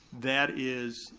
that is,